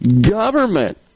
Government